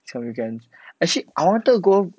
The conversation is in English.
sorry again actually I wanted go